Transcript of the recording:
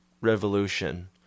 revolution